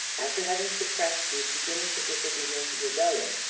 after having suppressed these beginnings of disobedience and rebellion,